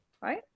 Right